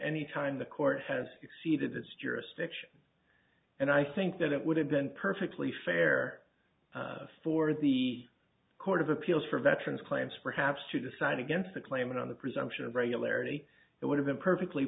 any time the court has exceeded its jurisdiction and i think that it would have been perfectly fair for the court of appeals for veterans claims perhaps to decide against the claimant on the presumption of regularity it would have been perfectly